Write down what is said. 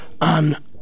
on